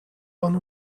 one